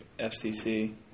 FCC